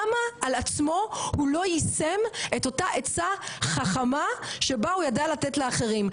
למה על עצמו הוא לא יישם את אותה עצה חכמה שבה הוא ידע לתת לאחרים?